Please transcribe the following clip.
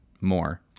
more